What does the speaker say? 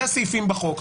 זה הסעיפים בחוק.